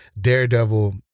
daredevil